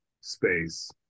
space